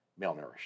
malnourished